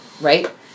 Right